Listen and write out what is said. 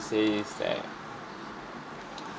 say is that